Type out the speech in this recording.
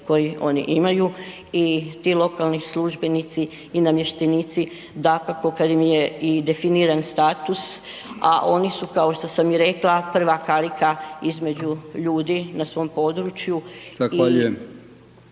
koje oni imaju i ti lokalni službenici i namještenici dakako kad im je i definiran status, a oni su kao što sam i rekla prva karika između ljudi na svom području